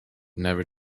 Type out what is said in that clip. never